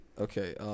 okay